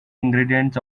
ingredients